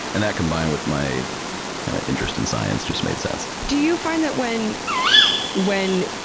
and that combined with my kind of interest in science just made sense. do you find that when when